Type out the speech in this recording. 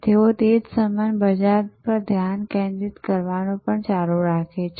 તેઓ તે જ સમાન બજાર પર ધ્યાન કેન્દ્રિત કરવાનું ચાલુ રાખે છે